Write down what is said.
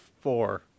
four